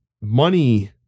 money